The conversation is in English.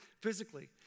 physically